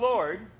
Lord